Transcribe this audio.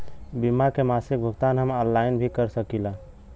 बीमा के मासिक भुगतान हम ऑनलाइन भी कर सकीला?